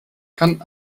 kann